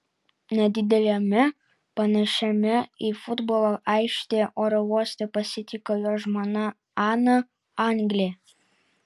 nedideliame panašiame į futbolo aikštę oro uoste pasitiko jo žmona ana anglė